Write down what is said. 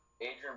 Adrian